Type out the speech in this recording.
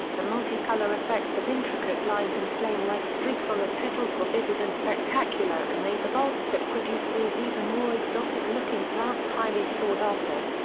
the multicolor effects of intricate lines and flame-like streaks on the petals were vivid and spectacular and made the bulbs that produced these even more exotic-looking plants highly sought-after.